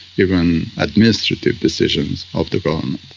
even administrative decisions, of the government.